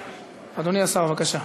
אדוני השר, בבקשה.